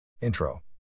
Intro